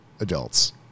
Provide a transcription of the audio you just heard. adults